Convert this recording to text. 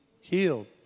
healed